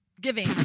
Giving